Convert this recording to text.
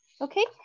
okay